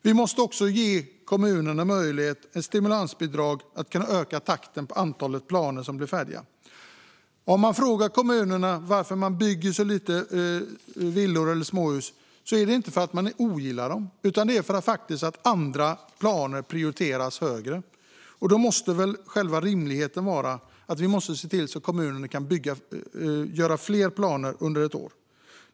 Vi måste också ge kommunerna möjlighet till stimulansbidrag för att kunna öka takten i antalet planer som blir färdiga. Om man frågar kommunerna varför de bygger så få villor eller småhus säger de att det inte är för att man ogillar dem, utan det är för att andra planer prioriteras högre. Då måste väl själva rimligheten vara att vi ser till att kommunerna kan göra fler planer under ett år.